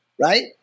Right